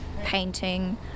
painting